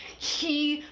he!